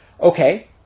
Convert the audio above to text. Okay